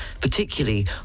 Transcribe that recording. particularly